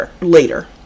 later